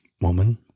Woman